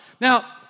Now